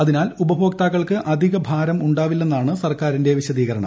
അതിനാൽ ഉപഭോക്താക്കൾക്ക് അധികഭാരം ഉണ്ടാവില്ലെന്നാണ് സർക്കാരിന്റെ വിശദീകരണം